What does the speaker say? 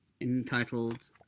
entitled